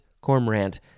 cormorant